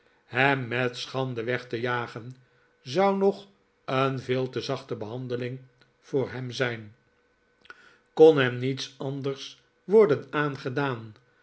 hem met schande weg te jagen zou nog een veel te zachte behandeling voor hem zijn kon hem niets anders worden aangedaan